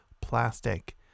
Plastic